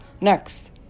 Next